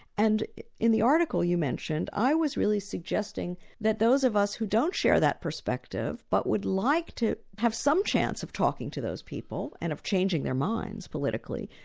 and in the article you mentioned, i was really suggesting that those of us who don't share that perspective, but would like to have some chance of talking to those people and of changing their minds, politically,